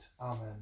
Amen